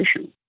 issue